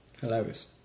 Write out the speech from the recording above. hilarious